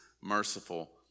merciful